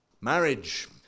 Marriage